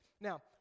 Now